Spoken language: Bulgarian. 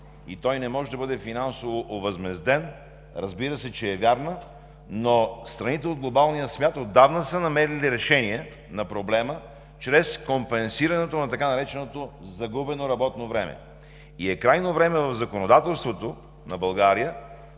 и той не може да бъде финансово овъзмезден, разбира се, че е вярна, но страните от глобалния свят отдавна са намерили решение на проблема чрез компенсирането на така нареченото „загубено“ работно време. Крайно време е в законодателството на България